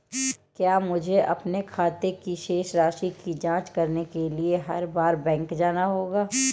क्या मुझे अपने खाते की शेष राशि की जांच करने के लिए हर बार बैंक जाना होगा?